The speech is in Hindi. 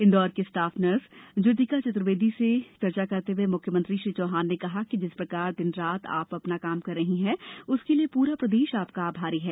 इन्दौर की स्टाफ नर्स ज्योतिका चतुर्वेदी से चर्चा करते हूए मुख्यमंत्री श्री चौहान ने कहा कि जिस प्रकार दिन रात आप अपना काम कर रही हैं उसके लिए पूरा प्रदेश आपका आभारी है